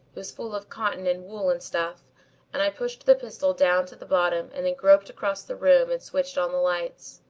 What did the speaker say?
it was full of cotton and wool and stuff and i pushed the pistol down to the bottom and then groped across the room and switched on the lights.